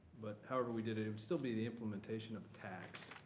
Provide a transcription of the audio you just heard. but however we did it, it would still be the implementation of tax.